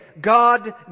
God